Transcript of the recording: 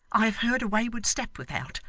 i have heard a wayward step without,